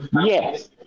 Yes